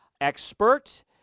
expert